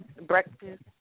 Breakfast